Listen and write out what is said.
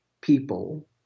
people